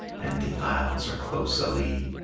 and the isles are close alee.